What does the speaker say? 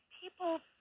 people